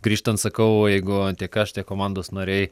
grįžtant sakau jeigu tiek aš tiek komandos nariai